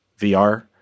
VR